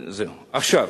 עכשיו,